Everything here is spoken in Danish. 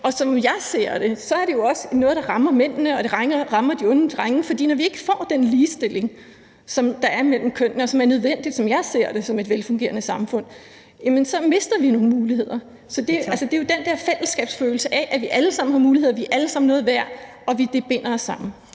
Og som jeg ser det, er det jo også noget, der rammer mændene og rammer de unge drenge. For når vi ikke får den ligestilling, som der er mellem kønnene, og som er nødvendig for et velfungerende samfund, som jeg ser det, så mister vi nogle muligheder. Så det er jo den der fællesskabsfølelse af, at vi alle sammen har muligheder, og at vi alle sammen er noget værd, der binder os sammen.